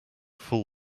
full